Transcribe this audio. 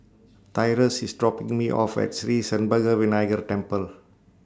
Tyrus IS dropping Me off At Sri Senpaga Vinayagar Temple